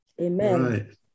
Amen